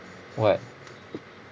what